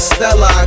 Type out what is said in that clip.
Stella